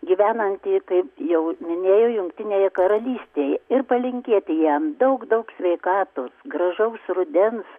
gyvenantį kaip jau minėjau jungtinėje karalystėj ir palinkėti jam daug daug sveikatos gražaus rudens